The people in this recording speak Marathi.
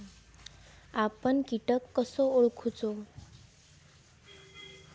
आपन कीटक कसो ओळखूचो?